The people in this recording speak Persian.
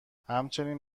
همچنین